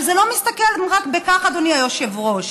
אבל זה לא מסתכם רק בכך, אדוני היושב-ראש.